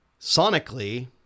sonically